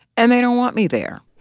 and they don't want me there.